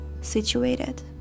situated